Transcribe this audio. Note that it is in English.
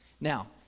now